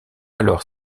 alors